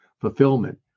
fulfillment